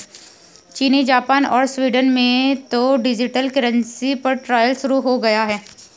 चीन, जापान और स्वीडन में तो डिजिटल करेंसी पर ट्रायल शुरू हो गया है